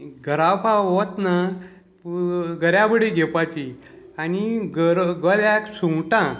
गरावपा वतना गऱ्यावडी घेवपाची आनी ग गऱ्याक सुंगटां